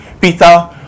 Peter